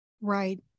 right